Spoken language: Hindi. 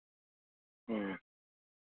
हाँ